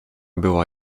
była